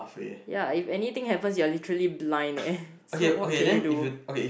ya if anything happens you are literally blind leh so what can you do